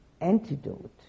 antidote